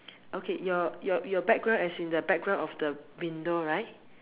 okay your your your background as in the background of the window right